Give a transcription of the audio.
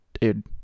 dude